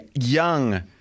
young